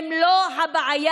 הם לא הבעיה.